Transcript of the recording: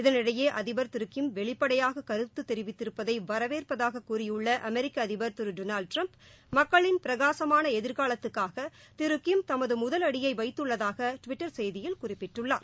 இதனிடையே அதிபர் திரு கிம் வெளிப்படையாக கருத்து தெரிவித்திருப்பதை வரவேற்பதாக கூறியுள்ள அமெரிக்கா அதிபர் திரு டொனால்டு ட்ரம்ப் மக்களின் பிரகாசமான எதிர்காலத்துக்காக திரு கிம் தமது முதல் அடியை வைத்துள்ளதாக டுவிட்டர் செய்தியில் குறிப்பிட்டுள்ளார்